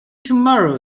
tomorrow